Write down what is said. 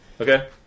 Okay